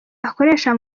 akoresha